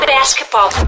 basketball